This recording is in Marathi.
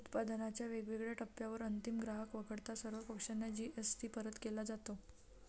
उत्पादनाच्या वेगवेगळ्या टप्प्यांवर अंतिम ग्राहक वगळता सर्व पक्षांना जी.एस.टी परत केला जातो